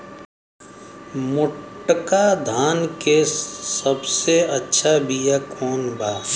मोटका धान के सबसे अच्छा बिया कवन बा?